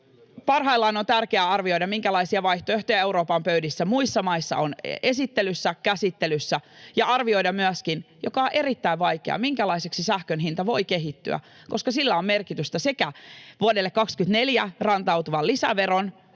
parhaillaan on tärkeää arvioida, minkälaisia vaihtoehtoja Euroopan pöydissä muissa maissa on esittelyssä, käsittelyssä, ja arvioida myöskin — mikä on erittäin vaikeaa — minkälaiseksi sähkön hinta voi kehittyä, koska sillä on merkitystä sekä vuodelle 24 rantautuvan lisäveron